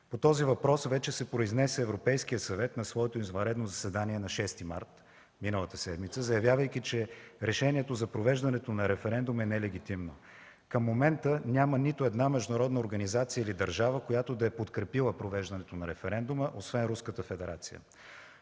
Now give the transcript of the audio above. По този въпрос вече се произнесе Европейският съвет на своето извънредно заседание на 6 март миналата седмица, заявявайки, че решението за провеждане на референдум е нелегитимно. Към момента няма нито една международна организация или държава, която да е подкрепила провеждането на референдума, освен Руската федерация.